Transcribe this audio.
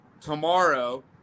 tomorrow